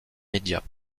médias